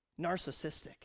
narcissistic